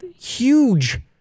huge